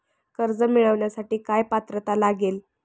कर्ज मिळवण्यासाठी काय पात्रता लागेल?